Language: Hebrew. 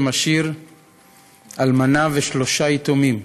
ומשאיר אלמנה ושלושה יתומים,